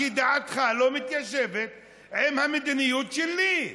כי דעתך לא מתיישבת עם המדיניות שלי,